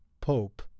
pope